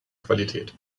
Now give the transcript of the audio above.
qualität